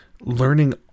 learning